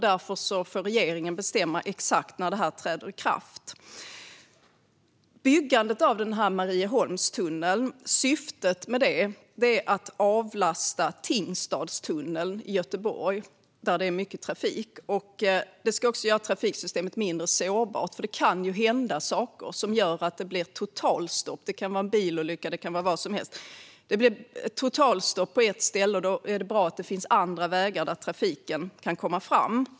Därför får regeringen bestämma exakt när detta ska träda i kraft. Syftet med byggandet av Marieholmstunneln är att avlasta Tingstadstunneln i Göteborg, där det är mycket trafik. Det ska också göra trafiksystemet mindre sårbart, för det kan ju hända saker som gör att det blir totalstopp - det kan vara en bilolycka eller vad som helst. Om det blir totalstopp på ett ställe är det bra att det finns andra vägar där trafiken kan komma fram.